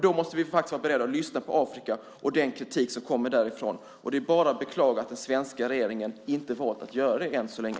Vi måste vara beredda att lyssna på Afrika och den kritik som kommer därifrån. Det är bara att beklaga att den svenska regeringen inte valt att göra det än så länge.